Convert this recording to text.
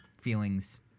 feelings